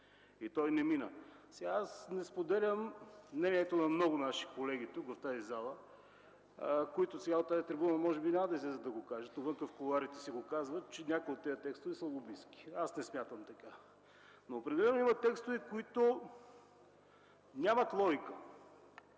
и той не мина. Аз не споделям мнението на много наши колеги тук, в тази зала, които от тази трибуна може би няма да излязат да го кажат, но навън, в кулоарите казват, че някои от тези текстове са лобистки. Аз не смятам така, но определено има текстове, които нямат логика.